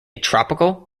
tropical